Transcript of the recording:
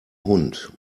hund